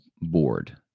board